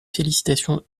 félicitations